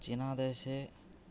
चिनादेशे